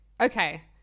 okay